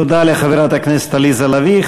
תודה לחברת הכנסת עליזה לביא.